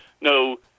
no